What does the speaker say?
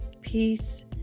peace